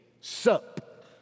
sup